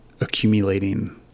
accumulating